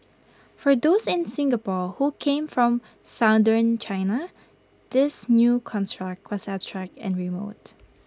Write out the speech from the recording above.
for those in Singapore who came from southern China this new construct was abstract and remote